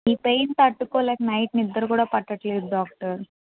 ఈ పెయిన్ తట్టుకోలేక నైట్ నిద్ర కూడా పట్టట్లేదు డాక్టర్